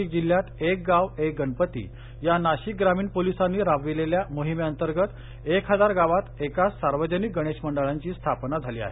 नाशिक जिल्ह्यात एक गाव एक गणपती या नाशिक ग्रामीण पोलिसांनी राबविलेल्या मोहिमेअंतर्गत एक हजार गावात एकाच सार्वजनिक गणेश मंडळाची स्थापना झाली आहे